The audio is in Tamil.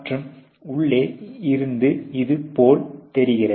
மற்றும் உள்ளே இருந்து இது போல் தெரிகிறது